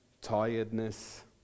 tiredness